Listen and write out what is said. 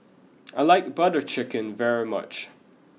I like Butter Chicken very much